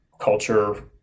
culture